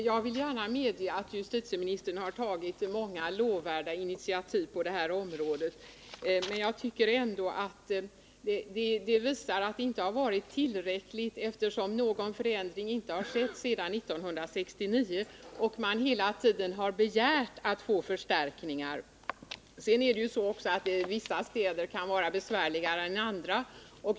Herr talman! Jag medger gärna att justitieministern har tagit många lovvärda initiativ på detta område. Men jag tycker ändå att det inte har varit tillräckligt, eftersom någon förändring inte har skett sedan 1969 och man hela tiden har begärt att få förstärkningar. Sedan är det också så att vissa städer kan vara besvärligare än andra.